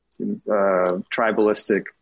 tribalistic